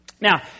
now